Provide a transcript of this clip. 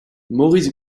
maurice